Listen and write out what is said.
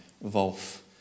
Wolf